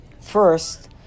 first